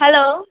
hello